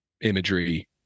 imagery